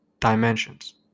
dimensions